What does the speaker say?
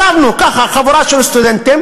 ישבנו ככה, חבורה של סטודנטים,